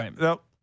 Nope